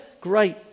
great